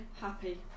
Happy